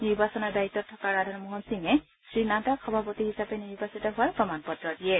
নিৰ্বাচনৰ দায়িত্বত থকা ৰাধা মোহন সিঙে শ্ৰীনাড্ডাক সভাপতি হিচাপে নিৰ্বাচিত হোৱাৰ প্ৰমাণ পত্ৰ দিয়ে